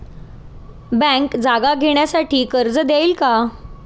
Bank जागा घेण्यासाठी कर्ज देईल का?